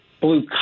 Blue